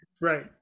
Right